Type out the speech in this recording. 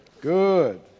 Good